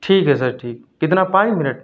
ٹھیک ہے سر ٹھیک کتنا پانچ منٹ